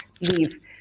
leave